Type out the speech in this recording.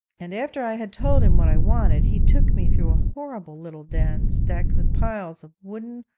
and after i had told him what i wanted, he took me through a horrible little den, stacked with piles of wooden,